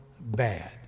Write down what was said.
bad